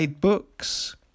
books